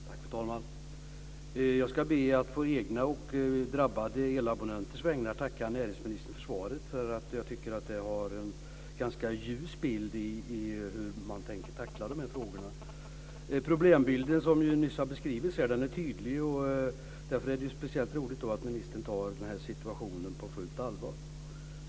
Fru talman! Jag ska be att å egna och drabbade elabonnenters vägnar tacka näringsministern för svaret, för jag tycker att man där ger en ganska ljus bild av hur man tänker tackla dessa frågor. Den problembild som nyss har beskrivits är tydlig. Därför är det speciellt roligt att ministern tar den här situationen på fullt allvar.